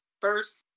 first